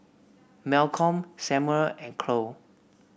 Malcolm Samuel and Khloe